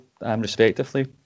respectively